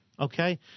Okay